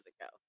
ago